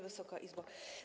Wysoka Izbo!